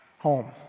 Home